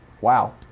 Wow